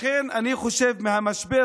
לכן אני חושב, מהמשבר